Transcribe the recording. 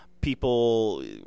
People